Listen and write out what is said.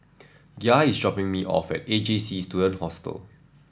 Gia is dropping me off at A J C Student Hostel